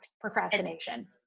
procrastination